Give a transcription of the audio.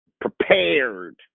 prepared